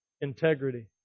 integrity